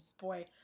boy